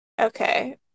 Okay